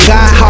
God